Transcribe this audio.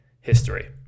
history